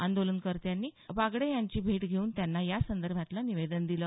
आंदोलनकर्त्यांनी बागडे यांची भेट घेऊन त्यांना यासंदर्भातलं निवेदन दिलं